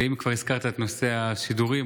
ואם כבר הזכרת את נושא השידורים,